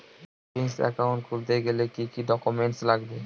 Savings account খুলতে গেলে কি কি ডকুমেন্টস লাগবে?